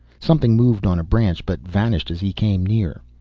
something moved on a branch, but vanished as he came near.